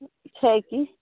ठीक छै कि